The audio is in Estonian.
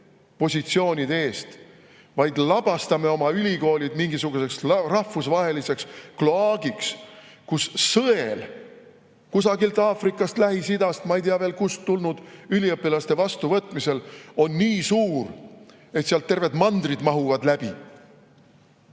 positsiooni eest, vaid labastame oma ülikoolid mingisuguseks rahvusvaheliseks kloaagiks, kus sõel kusagilt Aafrikast, Lähis-Idast, ma ei tea, kust veel tulnud üliõpilaste vastuvõtmisel on nii hõre, et sealt terved mandrid läbi